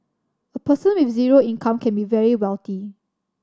a person with zero income can be very wealthy